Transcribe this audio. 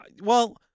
Well-